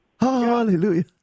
Hallelujah